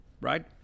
Right